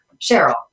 Cheryl